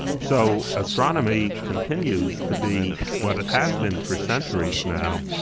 so astronomy continues to be what it has been for centuries now,